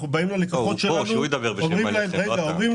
כשאנחנו אומרים ללקוחות: "רבותיי,